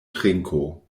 trinko